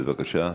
בבקשה.